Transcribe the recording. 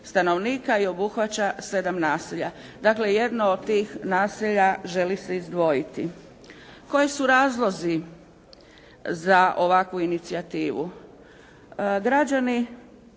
i obuhvaća 7 naselja. Dakle, jedno od tih naselja želi se izdvojiti. Koji su razlozi za ovakvu inicijativu? Građani